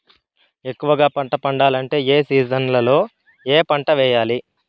ఎక్కువగా పంట పండాలంటే ఏ సీజన్లలో ఏ పంట వేయాలి